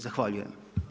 Zahvaljujem.